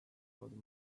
out